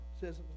says